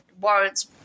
warrants